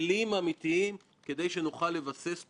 אני חושב שבהחלט יש לזה מקום.